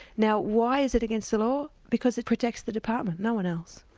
now why is it against the law? because it protects the department, no-one else.